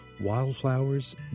Wildflowers